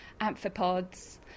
amphipods